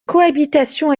cohabitation